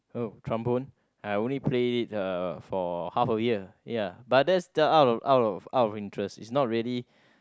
oh trombone I only play it uh for half a year ya but that's out of out of out of interest it's not really